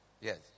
Yes